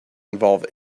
involve